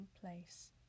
place